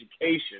education